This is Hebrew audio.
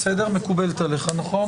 10:23)